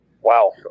Wow